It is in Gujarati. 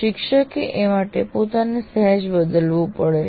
શિક્ષકે એ માટે પોતાને સહેજ બદલવું પડશે